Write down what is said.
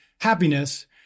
happiness